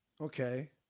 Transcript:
okay